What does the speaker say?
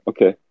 Okay